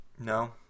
No